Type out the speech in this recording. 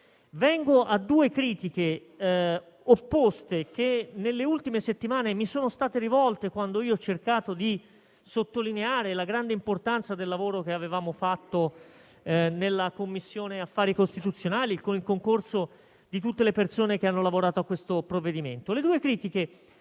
Cito due critiche opposte, che nelle ultime settimane mi sono state rivolte quando ho cercato di sottolineare la grande importanza del lavoro che avevamo fatto in Commissione affari costituzionali, con il concorso di tutte le persone che hanno lavorato a questo provvedimento.